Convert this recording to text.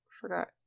forgot